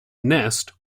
nest